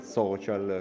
social